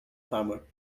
farmer